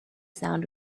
sound